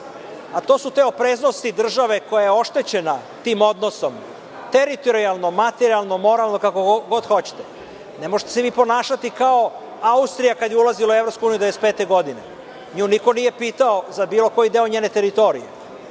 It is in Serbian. To su te opreznosti države koja je oštećena tim odnosom, teritorijalno, materijalno, moralno, kako god hoćete. Ne možete se vi ponašati kao Austrija kada je ulazila u EU 1995. godine. Nju niko nije pitao za bilo koji deo njene teritorije.